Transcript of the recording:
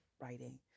writing